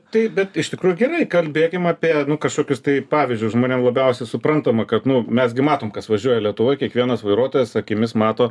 taip bet iš tikrųjų gerai kalbėkim apie kažkokius tai pavyzdžius žmonėm labiausiai suprantama kad nu mes gi matom kas važiuoja lietuvoj kiekvienas vairuotojas akimis mato